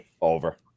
Over